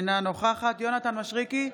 אינה נוכחת יונתן מישרקי,